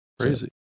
Crazy